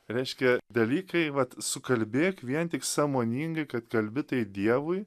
reiškia dalykai vat sukalbėk vien tik sąmoningai kad kalbi tai dievui